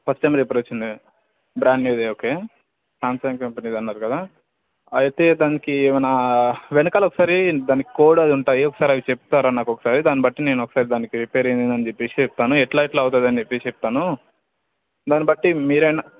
first time repair వచ్చిందా brand ఏది okay Samsung కంపెనీది అన్నారు కదా అయితే దానికి ఏమైనా వెనకాల ఒకసారి దాని కోడ్ అది ఉంటాయి ఒకసారి అవి చెప్తారా నాకు ఒకసారి దాన్ని బట్టి నేను ఒకసారి దానికి రిపేర్ ఏదైన చెప్పి చెప్తాను ఎట్లా ఎట్లా అవుతుందని చెప్పి చెప్తాను దాన్నిబట్టి మీరు అయిన